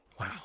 Wow